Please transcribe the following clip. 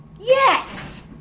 Yes